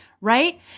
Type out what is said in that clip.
right